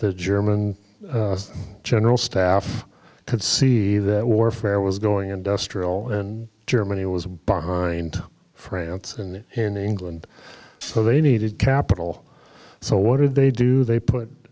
the german general staff could see that warfare was going industrial and germany was behind france and in england so they needed capital so what did they do they put